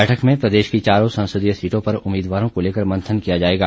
बैठक में प्रदेश की चारों संसदीय सीटों पर उम्मीदवारों को लेकर मंथन किया जाएगा